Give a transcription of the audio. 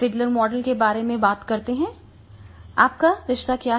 Fiddler model के बारे में बात करते हैं आपका रिश्ता क्या है